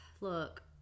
look